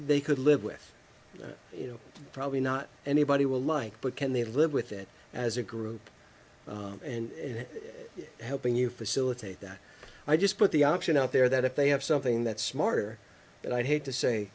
they could live with you know probably not anybody will like but can they live with it as a group and helping you facilitate that i just put the option out there that if they have something that's smart or that i'd hate to say